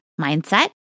mindset